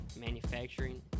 manufacturing